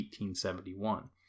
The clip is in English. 1871